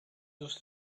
those